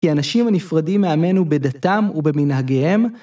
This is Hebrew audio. כי אנשים הנפרדים מעמנו בדתם ובמנהגיהם.